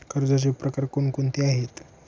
कर्जाचे प्रकार कोणकोणते आहेत?